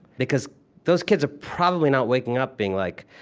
because those kids are probably not waking up, being like,